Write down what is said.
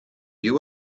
you